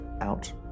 out